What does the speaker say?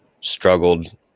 struggled